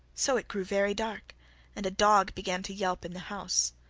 so it grew very dark and a dog began to yelp in the house.